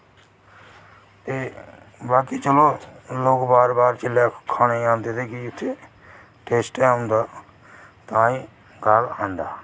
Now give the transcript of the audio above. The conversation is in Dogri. ते बाकी चलो लोग बार बार जेल्लै खाने गी आंदे ते टेस्ट गै होंदा तां ई गाह्क आंदा